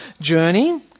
journey